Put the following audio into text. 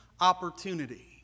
opportunity